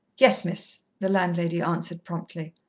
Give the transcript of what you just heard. yes, miss, the landlady answered promptly.